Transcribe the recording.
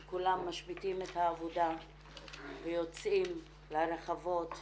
שכולם משביתים את העבודה ויוצאים לרחבות,